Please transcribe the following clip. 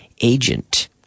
agent